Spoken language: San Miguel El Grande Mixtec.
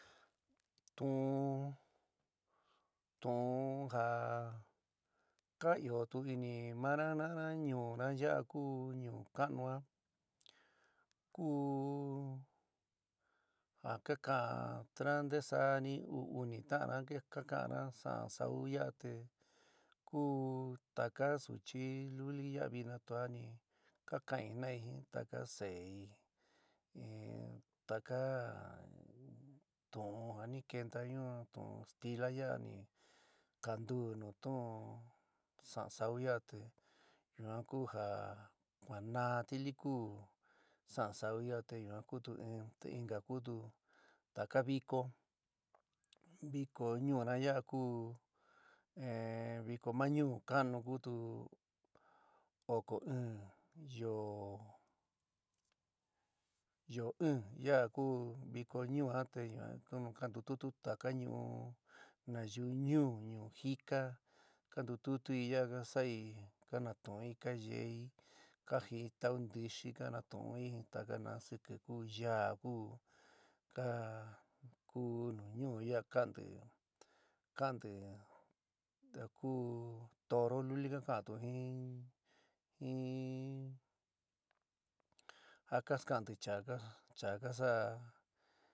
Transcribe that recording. Tu'un, tu'un ja ka iotu ini mana jina'ana ñuúna ya'a kuu ñuú ka'anu a ku a ka ka ka'ántuna ntesani uu, uni ta'anna ka ka'anna sa'an sa'u yaa te ku taka suchi luli yaa vina tuani ka kaan'i jina'ai jin taka seéi taka tu'un ja ni keénta yuan tu'un stila ya'a ni kantú nu tu'un sa'an sa'u yaá te yuan ku ja kua naá tili kuú sa'an sa'u yaá te yuan kutu in, te inka kutu taka vikó, vikó ñuúna yaá kuú eh viko ma ñuú ka'anu kutu oko ɨɨn yoó yoo ɨɨn ya ku viko ñuua aa te nu ka ntututú taka ñuu nayíu ñuú, ñuú jika kantututuí ya'a ka saá'i, ka natuún'í ka yei, ka jií ta'u ntixi ka natuun'i taka nu siki, ku yaa ku ka ku nu ñuu yaa ka'anti ka'anti te ku toro luli ka ka'anto jin jin ja ka ska'anti cha ka sa'a.